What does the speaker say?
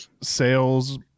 sales